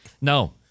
No